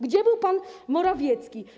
Gdzie był pan Morawiecki?